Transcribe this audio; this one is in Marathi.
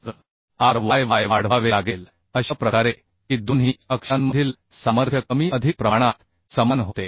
तर आर वाय वाय वाढवावे लागेल अशा प्रकारे की दोन्ही अक्षांमधील सामर्थ्य कमी अधिक प्रमाणात समान होते